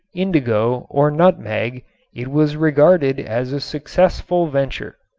indigo or nutmeg it was regarded as a successful venture.